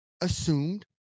assumed